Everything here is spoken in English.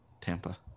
Tampa